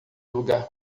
lugar